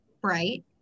bright